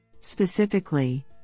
Specifically